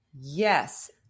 Yes